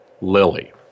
Lily